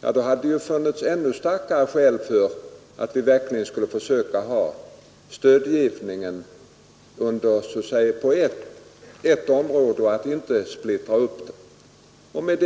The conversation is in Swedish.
som herr Leuchovius säger, så hade det funnits ännu starkare anledning för oss att inte splittra stödgivningen.